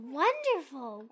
wonderful